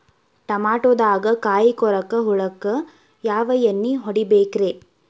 ಟಮಾಟೊದಾಗ ಕಾಯಿಕೊರಕ ಹುಳಕ್ಕ ಯಾವ ಎಣ್ಣಿ ಹೊಡಿಬೇಕ್ರೇ?